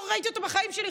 לא ראיתי אותו בחיים שלי,